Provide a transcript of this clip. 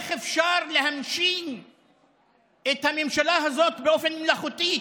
איך אפשר להנשים את הממשלה הזאת באופן מלאכותי.